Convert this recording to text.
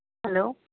hello